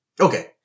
Okay